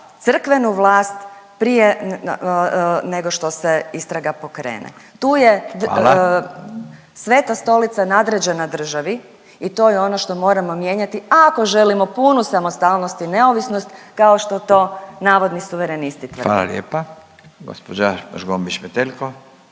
crkvenu vlast prije nego što se istrga pokrene …/Upadica Radin: Hvala./… Tu je Sveta Stolica nadređena država i to je ono što moramo mijenjati ako želimo punu samostalnost i neovisnost kao što to navodni suverenisti tvrde. **Radin, Furio